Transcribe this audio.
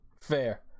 Fair